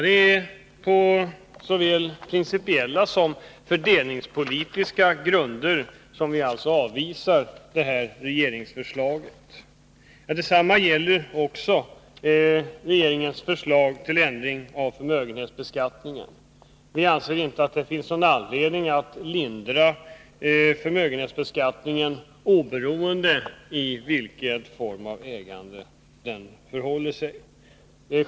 Det är på såväl principiella som fördelningspolitiska grunder som vi avvisar regeringsförslaget. Detsamma gäller också regeringens förslag till ändring av förmögenhetsbeskattningen. Vi anser inte att det finns någon anledning att lindra förmögenhetsbeskattningen, oberoende av vilken form av ägande det gäller.